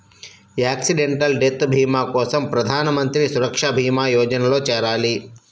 accidental death భీమా కోసం ప్రధాన్ మంత్రి సురక్షా భీమా యోజనలో చేరాలి